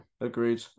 agreed